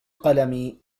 قلمي